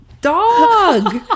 dog